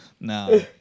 No